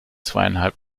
zweieinhalb